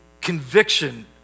conviction